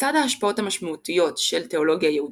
לצד ההשפעות המשמעותיות של תאולוגיה יהודית,